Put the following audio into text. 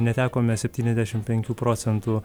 netekome septyniasdešimpenkių procentų